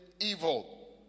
evil